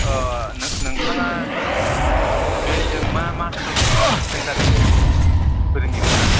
नोंथाङा बे जोंमा मासरुम सेन्थारनि फोरोंगिरि ना